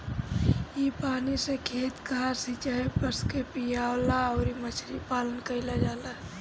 इ पानी से खेत कअ सिचाई, पशु के पियवला अउरी मछरी पालन कईल जाला